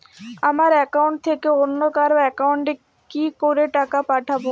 আমার একাউন্ট থেকে অন্য কারো একাউন্ট এ কি করে টাকা পাঠাবো?